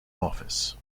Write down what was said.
office